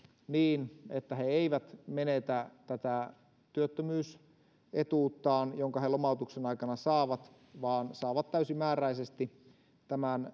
niin että he eivät menetä tätä työttömyysetuuttaan jonka he lomautuksen aikana saavat vaan saavat täysimääräisesti itselleen tämän